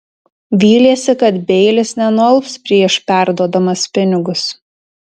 vylėsi kad beilis nenualps prieš perduodamas pinigus